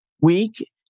week